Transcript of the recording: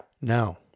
Now